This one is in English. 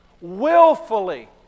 willfully